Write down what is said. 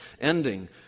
ending